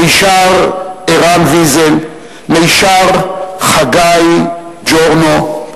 מישר ערן ויזל, מישר חגי ג'ורנו,